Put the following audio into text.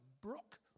brook